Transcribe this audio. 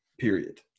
period